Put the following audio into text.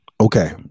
Okay